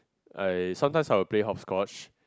I sometimes I will play hop scotch